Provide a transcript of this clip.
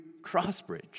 crossbridge